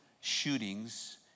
shootings